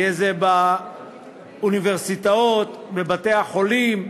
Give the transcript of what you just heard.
יהיה זה באוניברסיטאות, בבתי-החולים,